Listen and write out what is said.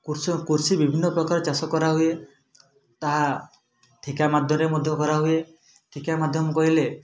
କୃଷକ କୃଷି ବିଭିନ୍ନ ପ୍ରକାର ଚାଷ କରା ହୁଏ ତାହା ଠିକା ମାଧ୍ୟରେ ମଧ୍ୟ କରାହୁଏ ଠିକା ମାଧ୍ୟମ କହିଲେ